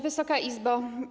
Wysoka Izbo!